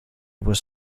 was